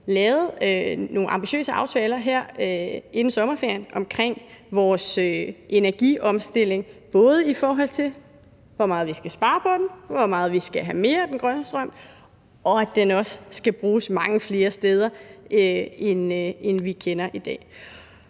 lavet nogle ambitiøse aftaler her inden sommerferien omkring vores energiomstilling, i forhold til hvor meget vi skal spare på den, og hvor meget vi skal have mere af den grønne strøm – og at den også skal bruges mange flere steder, end vi kender det i dag.